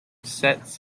sets